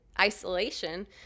isolation